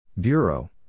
Bureau